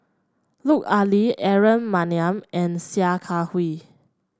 Lut Ali Aaron Maniam and Sia Kah Hui